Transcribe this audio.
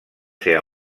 ser